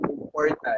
important